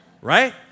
Right